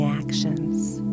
actions